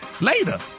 later